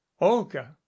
olga